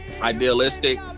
idealistic